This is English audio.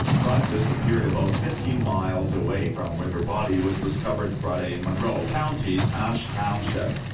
bruck disappeared about fifteen miles away from where her body was discovered friday in monroe county's ash township.